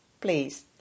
please